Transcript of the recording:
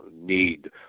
need